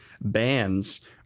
bands